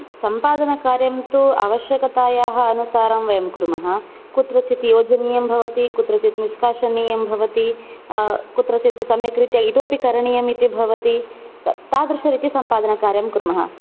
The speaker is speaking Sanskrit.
सम्पादनकार्यं तु आवश्यकतायाः अनुसारं वयं कुर्मः कुत्रचित् योजनीयं भवति कुत्रचित् निष्कासनीयं भवति कुत्रचित् सम्यक् रीत्या इतोऽपि करणीयम् इति भवति त तादृशरीत्या सम्पादनकार्यं कुर्मः